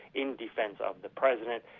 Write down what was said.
in the sense of the president,